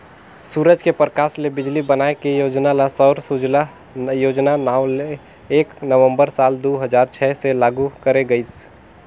सूरज के परकास ले बिजली बनाए के योजना ल सौर सूजला योजना नांव ले एक नवंबर साल दू हजार छै से लागू करे गईस